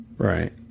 right